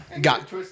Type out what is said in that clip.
got